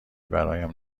برایم